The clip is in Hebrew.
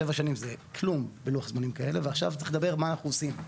שבע שנים זה כלום בלוח זמנים כזה ועכשיו צריך לדבר מה אנחנו עושים.